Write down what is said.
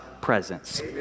presence